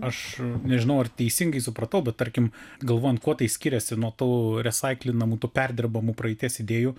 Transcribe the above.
aš nežinau ar teisingai supratau bet tarkim galvojant kuo tai skiriasi nuo tų resaiklinamų tų perdirbamų praeities idėjų